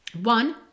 One